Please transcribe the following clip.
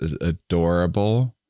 Adorable